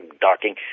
docking